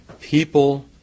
People